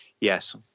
yes